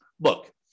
look